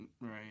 Right